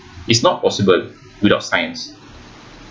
is not possible without science